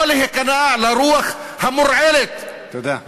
לא להיכנע לרוח המורעלת, תודה.